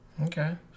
Okay